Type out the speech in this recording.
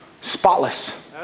spotless